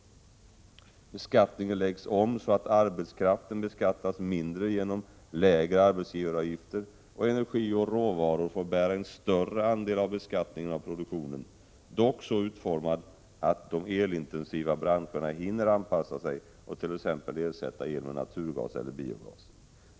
e Beskattningen läggs om så att arbetskraften beskattas mindre, genom lägre arbetsgivaravgifter, och energi och råvaror får bära en större andel av beskattningen av produktionen, dock så utformad att de elintensiva branscherna hinner anpassa sig och t.ex. ersätta el med naturgas eller biogas.